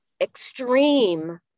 extreme